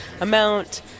amount